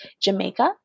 Jamaica